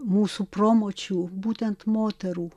mūsų promočių būtent moterų